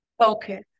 Okay